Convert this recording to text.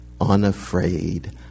unafraid